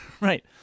Right